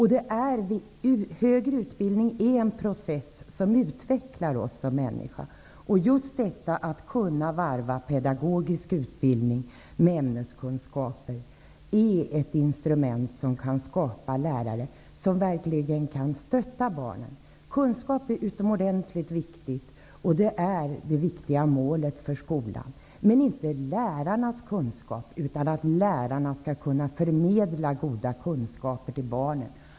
Högre utbildning är en process som utvecklar oss som människor. Just detta att kunna varva pedagogisk utbildning med ämneskunskaper är ett instrument som kan skapa lärare som verkligen kan stötta barnen. Kunskap är utomordentligt viktigt, och det är det viktiga målet för skolan. Men det är inte lärarnas kunskaper det gäller, utan att lärarna skall kunna förmedla goda kunskaper till barnen.